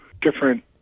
different